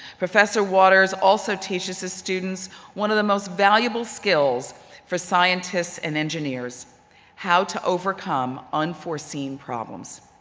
professor waters also teaches his students one of the most valuable skills for scientists and engineers how to overcome unforeseen problems.